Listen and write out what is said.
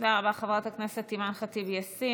תודה רבה, חברת הכנסת אימאן ח'טיב יאסין.